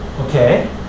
Okay